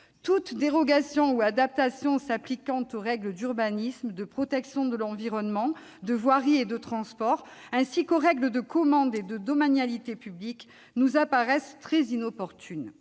Toutes dérogations ou adaptations s'appliquant aux règles d'urbanisme, de protection de l'environnement, de voirie et de transport, ainsi qu'aux règles de commande et de domanialité publiques, nous apparaissent très inopportunes.